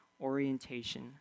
orientation